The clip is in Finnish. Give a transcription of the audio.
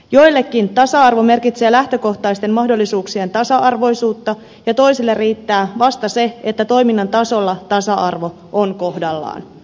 joillekin tasa arvo merkitsee lähtökohtaisten mahdollisuuksien tasa arvoisuutta ja toisille riittää vasta se että toiminnan tasolla tasa arvo on kohdallaan